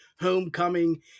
homecoming